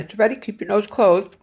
ready, keep your nose closed,